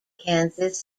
kansas